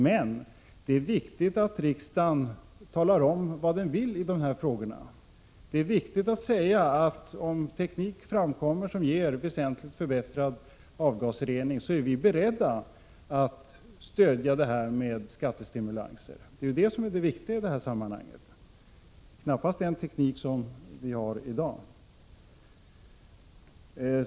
Men det är viktigt att riksdagen talar om vad den vill i de här frågorna. Det är viktigt att säga att om teknik framkommer som ger väsentligt förbättrad avgasrening, så är riksdagen beredd att stödja den med skattestimulanser. Det är detta som är viktigt i det här sammanhanget, inte den teknik vi har i dag.